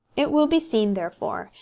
it will be seen, therefore,